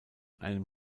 einem